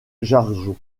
jargeau